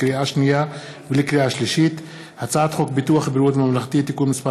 לקריאה שנייה ולקריאה שלישית: הצעת חוק ביטוח בריאות ממלכתי (תיקון מס'